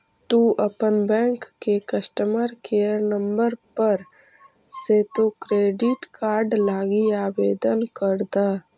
तु अपन बैंक के कस्टमर केयर नंबर पर से तु क्रेडिट कार्ड लागी आवेदन कर द